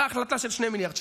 הייתה החלטה של 2 מיליארד שקל,